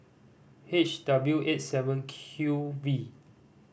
H W eight seven Q V